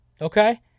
okay